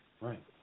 Right